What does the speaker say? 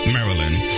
Maryland